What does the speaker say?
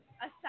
Aside